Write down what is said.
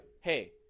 hey